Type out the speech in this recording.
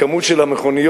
הכמות של המכוניות,